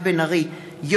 דב חנין,